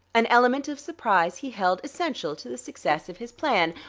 an element of surprise he held essential to the success of his plan,